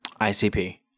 ICP